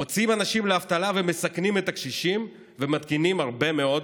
מוציאים אנשים לאבטלה ומסכנים את הקשישים ומתקינים הרבה מאוד